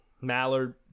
Mallard